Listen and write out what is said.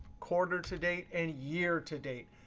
quarter to date, and year to date.